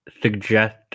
suggest